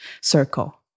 circle